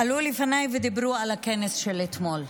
עלו לפניי ודיברו על הכנס של אתמול,